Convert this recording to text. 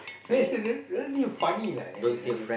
where's really really funny lah I tell you really